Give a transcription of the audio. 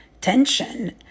tension